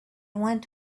went